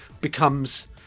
becomes